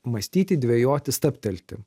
mąstyti dvejoti stabtelti